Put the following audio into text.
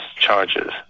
charges